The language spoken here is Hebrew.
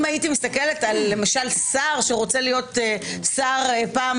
אם הייתי מסתכלת על שר שרוצה להיות שר פעם